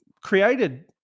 created